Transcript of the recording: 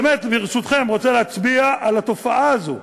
אני באמת, ברשותכם, רוצה להצביע על התופעה הזאת.